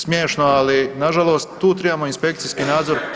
Smiješno ali nažalost, tu trebamo inspekcijski nadzor